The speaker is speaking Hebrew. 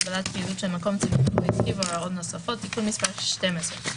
(הגבלת פעילות של מקום ציבורי או עסקי והוראות נוספות) (תיקון מס' 12),